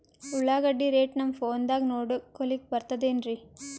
ಉಳ್ಳಾಗಡ್ಡಿ ರೇಟ್ ನಮ್ ಫೋನದಾಗ ನೋಡಕೊಲಿಕ ಬರತದೆನ್ರಿ?